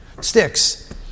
Sticks